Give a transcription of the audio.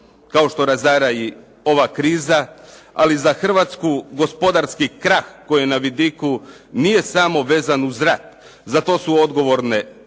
kao što razara i ova kriza, ali za Hrvatsku gospodarski krah koji je na vidiku nije samo vezan uz rat. Za to su odgovorne